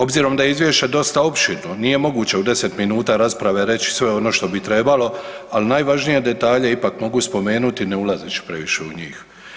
Obzirom da je Izvješće dosta opširno, nije moguće u 10 minuta rasprave reći sve ono što bi trebalo, ali najvažnije detalje ipak mogu spomenuti ne ulazeći previše u njih.